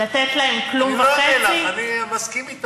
לתת להם כלום וחצי?